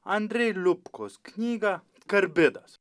andrei liupkos knygą karbidas